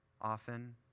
often